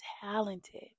talented